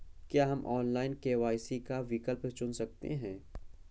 क्या हम online KYC का विकल्प चुन सकते हैं?